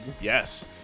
Yes